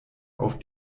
auf